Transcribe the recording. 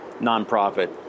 nonprofit